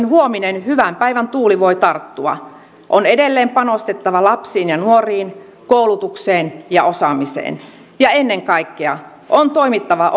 huominen hyvän päivän tuuli voi tarttua on edelleen panostettava lapsiin ja nuoriin koulutukseen ja osaamiseen ja ennen kaikkea on toimittava